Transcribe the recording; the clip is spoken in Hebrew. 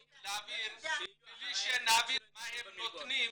--- בלי שנבין מה הם נותנים,